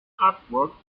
artwork